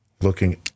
looking